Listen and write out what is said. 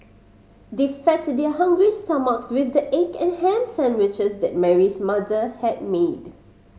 they fed their hungry stomachs with the egg and ham sandwiches that Mary's mother had made